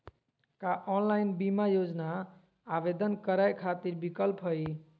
का ऑनलाइन बीमा योजना आवेदन करै खातिर विक्लप हई?